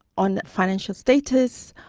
on financial status,